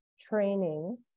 training